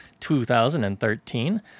2013